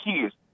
kids